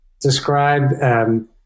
describe